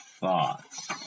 thoughts